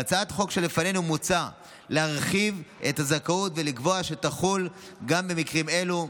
בהצעת החוק שלפנינו מוצע להרחיב את הזכאות ולקבוע שתחול גם במקרים אלו: